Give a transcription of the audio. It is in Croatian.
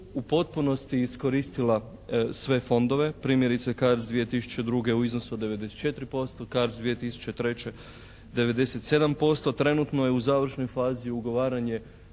u potpunosti iskoristila sve fondove, primjerice CARDS 2002. u iznosu od 94%, CARDS 2003. 97%. Trenutno je u završnoj fazi ugovaranje